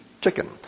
chicken